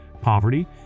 poverty